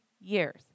years